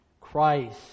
Christ